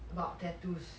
about tattoos